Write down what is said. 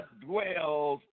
dwells